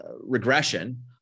regression